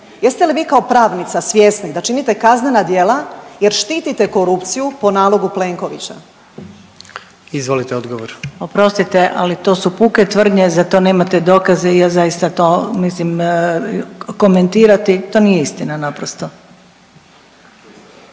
Jeste li vi kao pravnica svjesni da činite kaznena djela jer štitite korupciju po nalogu Plenkovića? **Jandroković, Gordan (HDZ)** Izvolite odgovor. **Hrvoj-Šipek, Zlata** Oprostite, ali to su puke tvrdnje, za to nemate dokaze, ja zaista to, mislim komentirati, to nije istina naprosto.